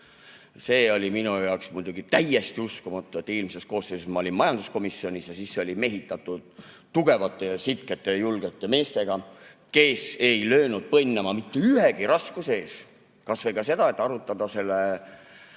See oli minu jaoks muidugi täiesti uskumatu, et kui eelmises koosseisus ma olin majanduskomisjonis, siis see oli mehitatud tugevate, sitkete, julgete meestega, kes ei löönud põnnama mitte ühegi raskuse ees, kas või ka selle ees, et arutada seda